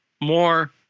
more